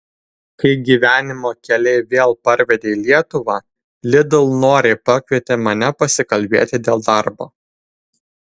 kai gyvenimo keliai vėl parvedė į lietuvą lidl noriai pakvietė mane pasikalbėti dėl darbo